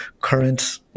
current